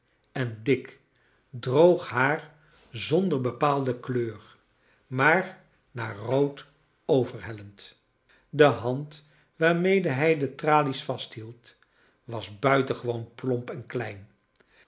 en dik clroog haar zonder bepaalde kleur maar naar rood overhellend de hand waarmede hij de tralies vasthield was buitengewoon plomp en klein